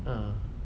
ah